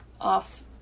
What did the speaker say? off